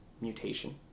mutation